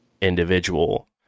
individual